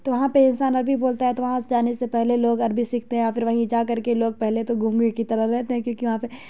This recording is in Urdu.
تو وہاں پہ انسان عربی بولتا ہے تو وہاں جانے سے پہلے لوگ عربی سیکھتے ہیں یا پھر وہیں جا کر کے لوگ تو پہلے گونگے کی طرح رہتے ہیں کیونکہ وہاں پہ